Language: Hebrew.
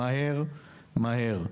מהר מהר.